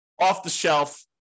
off-the-shelf